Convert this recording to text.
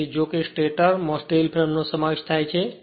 તેથી જોકે સ્ટેટર માં સ્ટીલ ફ્રેમનો સમાવેશ થાય છે